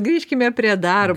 grįžkime prie darb